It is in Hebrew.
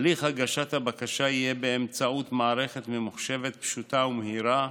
הליך הגשת הבקשה יהיה באמצעות מערכת ממוחשבת פשוטה ומהירה,